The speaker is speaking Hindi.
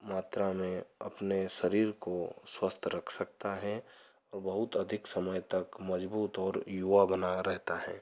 मात्रा में अपने शरीर को स्वस्थ रख सकता है और बहुत अधिक समय तक मज़बूत और युवा बना रहता है